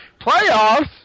Playoffs